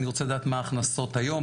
אני רוצה לדעת מה ההכנסות היום,